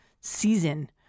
season